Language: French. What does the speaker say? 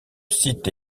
site